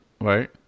Right